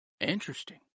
Interesting